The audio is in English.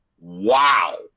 wow